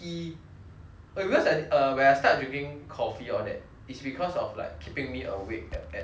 because I err when I start drinking coffee or that it's because of like keeping me awake at at work at all mah